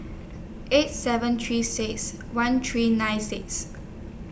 eight seven three six one three nine six